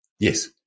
Yes